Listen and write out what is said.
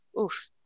oof